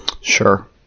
Sure